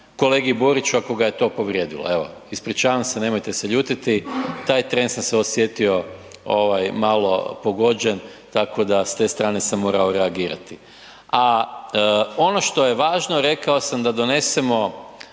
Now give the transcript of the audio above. kolegi Boriću ako ga je to povrijedilo. Evo, ispričavam se nemojte se ljutiti taj tren sam se osjetio ovaj malo pogođen, tako da s te strane sam morao reagirati. A ono što je važno, rekao sam da donesemo